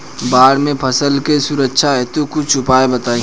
बाढ़ से फसल के सुरक्षा हेतु कुछ उपाय बताई?